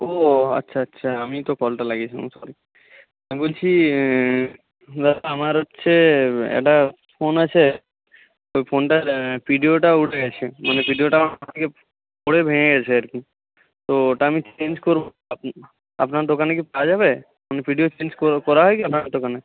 ও আচ্ছা আচ্ছা আমিই তো কলটা লাগিয়েছিলাম সরি আমি বলছি আমার হচ্ছে একটা ফোন আছে ওই ফোনটার ভিডিওটা উড়ে গেছে মানে ভিডিওটা আমার হাত থেকে পড়ে ভেঙে গেছে আর কি তো ওটা আমি চেঞ্জ করবো আপনার দোকানে কি পাওয়া যাবে মানে ভিডিও এক্সচেঞ্জ করা হয় কি আপনার দোকানে